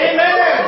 Amen